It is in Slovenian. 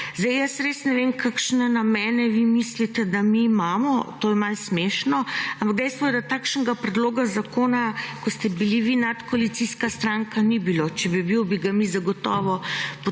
Zdaj, jaz res ne vem, kakšne namene vi mislite, da mi imamo, to je malo smešno, ampak dejstvo je, da takšnega predloga zakona, ko ste bili vi nadkoalicijska stranka, ni bilo, če bi bil, bi ga mi zagotovo podprli,